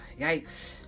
Yikes